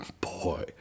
Boy